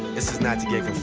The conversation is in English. this is not to get